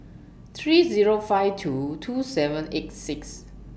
three Zero five two two seven eight six